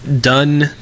done